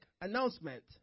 announcement